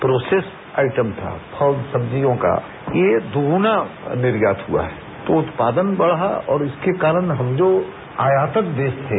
processed item था फल सब्जियों का ये दोगुना निर्यात हुआ है तो उत्पादन बढ़ा और इसके कारण हम जो आयातक देश थे